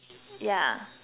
yeah